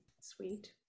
Sweet